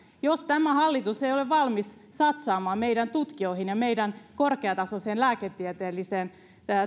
jos tämä hallitus ei ole valmis satsaamaan meidän tutkijoihin ja meidän korkeatasoiseen lääketieteelliseen